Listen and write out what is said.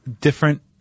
different